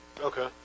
Okay